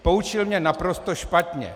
Poučil mě naprosto špatně.